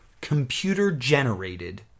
computer-generated